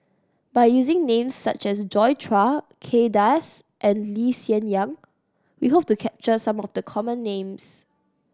by using names such as Joi Chua Kay Das and Lee Hsien Yang we hope to capture some of the common names